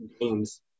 games